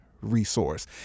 resource